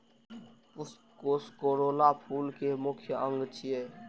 पुष्पकोष कोरोला फूल के मुख्य अंग छियै